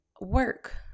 work